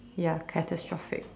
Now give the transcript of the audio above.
ya catastrophic